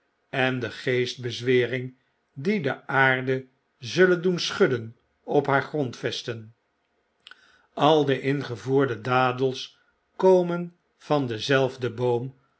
en de geestenbezwering die de aarde zullen doen schudden op haar grondvesten al de ingevoerde dadels komen van denzelfden boom